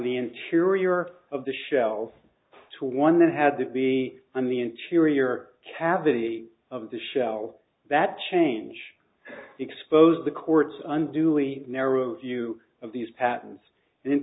the interior of the shells to one that had to be in the interior cavity of the shell that change exposed the court's unduly narrow view of these patents in